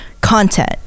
content